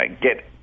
get